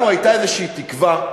לנו הייתה איזו תקווה,